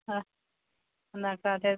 नाका तेंच